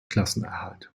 klassenerhalt